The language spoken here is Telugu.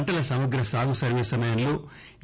పంటల సమగ్ర సాగు సర్వే సమయంలో ఏ